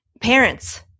Parents